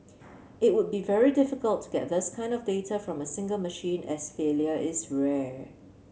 it would be very difficult to get this kind of data from a single machine as failure is rare